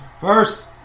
First